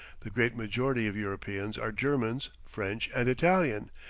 the great majority of europeans are germans, french, and italian,